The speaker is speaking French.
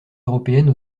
européennes